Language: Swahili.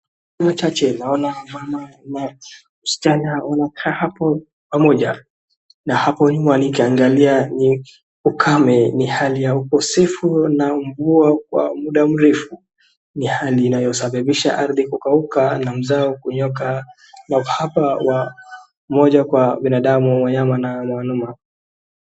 Picha hii naona mama na msichana wanakaa hapo pamoja na hapo nyuma nikiangalia ni ukame, ni hali ya ukosefu wa mvua kwa muda mrefu. Ni hali inayosababisha ardhi kukauka na mzao kunyooka na uhaba wa maji kwa binadamu, na wanyama.